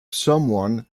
someone